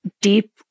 deep